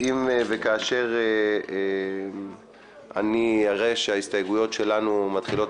אם וכאשר אני אראה שההסתייגויות שלנו מתחילות